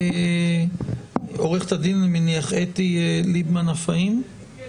ועו"ד אתי ליבמן עפאים מפרויקט